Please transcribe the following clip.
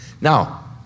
Now